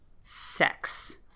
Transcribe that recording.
sex